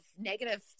negative –